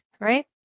right